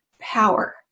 power